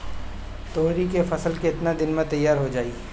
तोरी के फसल केतना दिन में तैयार हो जाई?